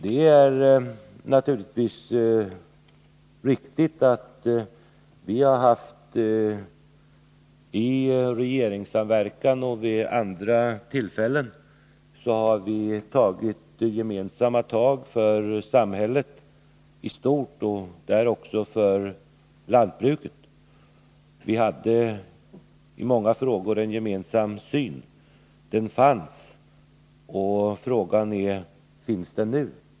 Det är naturligtvis riktigt att vi i regeringssamverkan och vid andra tillfällen har tagit gemensamma tag för samhället i stort och även för lantbruket. Vi hade i många år en gemensam syn. Den fanns alltså, och frågan är: Finns den nu?